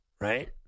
right